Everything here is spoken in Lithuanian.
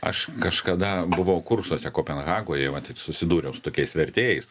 aš kažkada buvau kursuose kopenhagoje matyt susidūriau su tokiais vertėjais